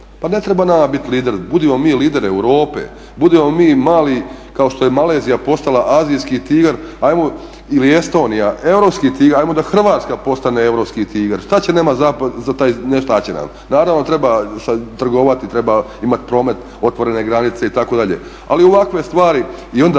Pa ne treba nama biti lider, budimo mi lider Europe, budimo mi mali kao što je Malezija postala azijski tigar, ili Estonija europski tigar ajmo da Hrvatska postane europski tigar. Šta će nama, ne šta će nam, naravno da treba trgovati, treba imati promet, otvorene granice itd. ali ovakve stvari i onda